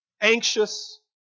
anxious